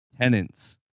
tenants